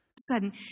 sudden